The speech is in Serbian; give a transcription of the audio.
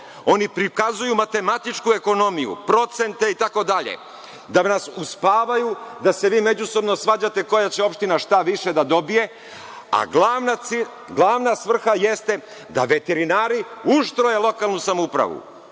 oni prikazuju matematičku ekonomiju, procente itd, da nas uspavaju, da se vi međusobno svađate koja će opština šta više da dobije, a glavna svrha jeste da veterinari uštroje lokalnu samoupravu,